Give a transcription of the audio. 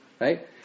right